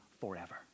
forever